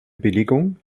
billigung